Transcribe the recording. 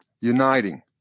Uniting